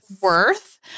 Worth